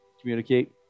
communicate